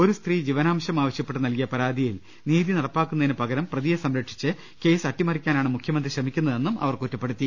ഒരു സ്ത്രീ ജീവനാംശം ആവശ്യപ്പെട്ട് നൽകിയ പരാതി യിൽ നീതി നടപ്പാക്കുന്നതിന് പകരം പ്രതിയെ സംരക്ഷിച്ച് കേസ് അട്ടിമറിക്കാനാണ് മുഖ്യമന്ത്രി ശ്രമിക്കുന്നതെന്ന് അവർ കുറ്റപ്പെടു ത്തി